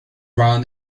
ran